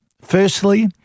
Firstly